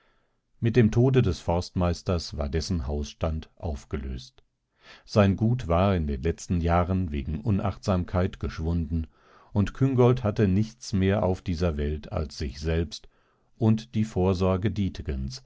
mit dem tode des forstmeisters war dessen hausstand aufgelöst sein gut war in den letzten jahren wegen unachtsamkeit geschwunden und küngolt hatte nichts mehr auf dieser welt als sich selbst und die vorsorge